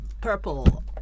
purple